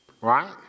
right